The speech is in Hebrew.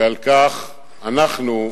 ועל כך אנחנו,